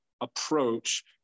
approach